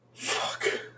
Fuck